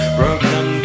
broken